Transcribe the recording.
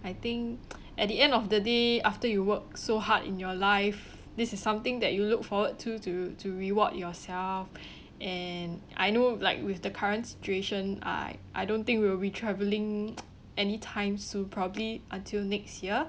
I think at the end of the day after you work so hard in your life this is something that you look forward to to to reward yourself and I know like with the current situation I I don't think we'll be travelling anytime soon probably until next year